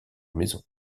maison